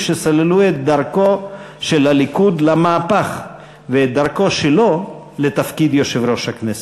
שסללו את דרכו של הליכוד למהפך ואת דרכו שלו לתפקיד יושב-ראש הכנסת.